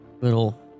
little